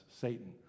Satan